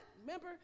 Remember